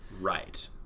Right